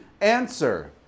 answer